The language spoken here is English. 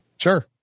Sure